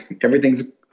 everything's